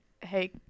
hey